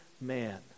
man